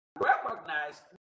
recognized